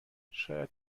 شاید